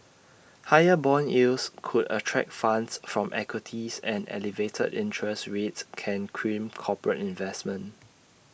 higher Bond yields could attract funds from equities and elevated interest rates can crimp corporate investment